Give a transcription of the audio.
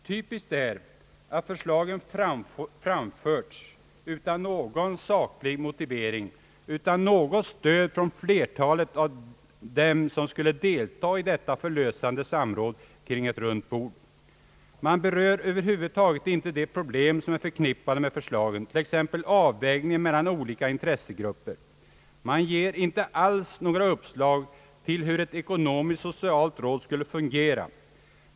Typiskt är att förslagen framförts utan någon saklig motivering, utan stöd från flertalet av dem som skulle deltaga i detta förlösande samråd kring ett runt bord. Man berör över huvud taget inte de problem som är förknippade med förslagen, t.ex. avvägningen mellan olika intressegrupper. Man ger inte alls några uppslag till hur ett ekonomisk-socialt råd skulle fungera.